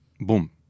boom